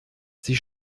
sie